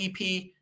EP